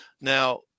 Now